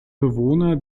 bewohner